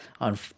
on